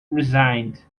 resigned